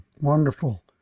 Wonderful